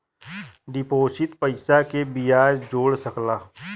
deposit पइसा के बियाज जोड़ सकला